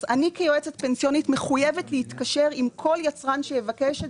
אני כיועצת פנסיונית מחויבת להתקשר עם כל יצרן שיבקש את